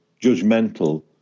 judgmental